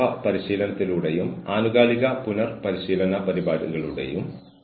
പക്ഷേ കഴിയുന്നിടത്തോളം ടെലികമ്മ്യൂട്ടിംഗിനായി ഒരു നയം രൂപീകരിക്കുന്നതിന് മുമ്പ് ഇത് പരിഗണിക്കേണ്ടതാണ്